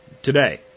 today